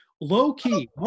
low-key